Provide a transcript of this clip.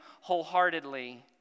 wholeheartedly